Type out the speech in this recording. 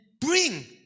bring